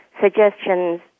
suggestions